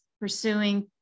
pursuing